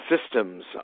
systems